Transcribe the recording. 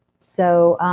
so